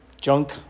junk